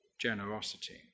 generosity